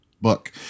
book